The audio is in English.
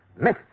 Miss